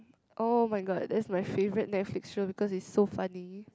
[oh]-my-god that's my favourite Netflix show because it's so funny